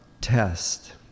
test